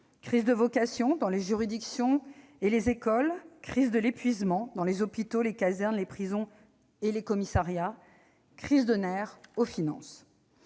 crise de vocation dans les juridictions et les écoles, crise de l'épuisement dans les hôpitaux, les casernes, les prisons et les commissariats, crises de nerfs aux finances.